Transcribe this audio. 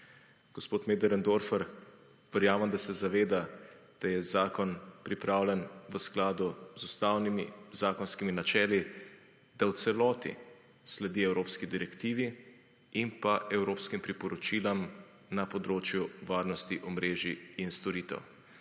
Gospod Möderndorfer verjamem, da se zaveda, da je zakon pripravljen v skladu z ustavnimi, zakonskimi načeli, da v celoti sledi Evropski direktive in pa evropskim priporočilom na področju varnosti, omrežij in storitev.